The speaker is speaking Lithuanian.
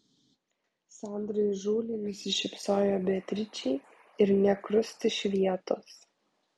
sandra įžūliai nusišypsojo beatričei ir nė krust iš vietos